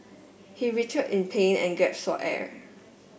he writhed in pain and gap for air